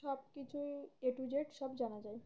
সব কিছুই A to Z সব জানা যায়